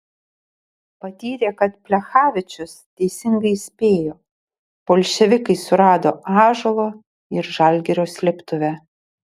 patyrė kad plechavičius teisingai įspėjo bolševikai surado ąžuolo ir žalgirio slėptuvę